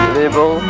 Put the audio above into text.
label